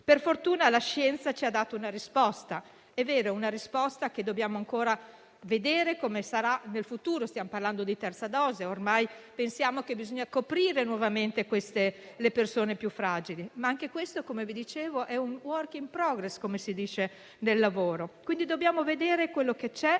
Per fortuna, la scienza ci ha dato una risposta. È vero che dobbiamo ancora vedere come sarà questa risposta nel futuro; stiamo parlando di terza dose e ormai pensiamo che bisogni coprire nuovamente le persone più fragili. Anche questo, come vi dicevo, è un *work in progress*, come si dice nel lavoro. Dobbiamo vedere quello che c'è